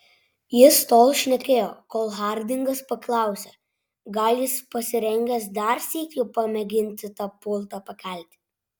jis tol šnekėjo kol hardingas paklausė gal jis pasirengęs dar sykį pamėginti tą pultą pakelti